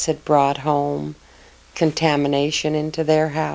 said brought home contamination into their house